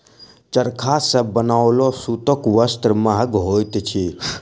चरखा सॅ बनाओल सूतक वस्त्र महग होइत अछि